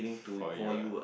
for you ah